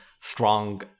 strong